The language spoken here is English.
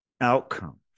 outcome